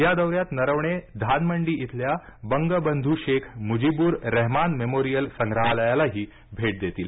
या दौर्यात नरवणे धानमंडी इथल्या बंगवधू शेख मुजीबुर रहमान मेमोरियल संग्रहालयालाही भेट देतील